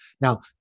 Now